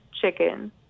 chicken